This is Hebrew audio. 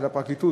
של הפרקליטות.